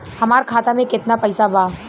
हमार खाता में केतना पैसा बा?